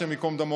השם ייקום דמו,